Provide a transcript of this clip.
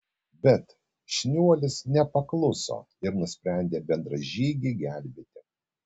bet šniuolis nepakluso ir nusprendė bendražygį gelbėti